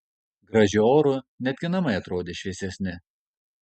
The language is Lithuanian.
gražiu oru netgi namai atrodė šviesesni